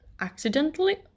accidentally